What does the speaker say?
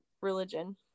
religion